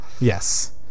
Yes